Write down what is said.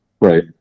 Right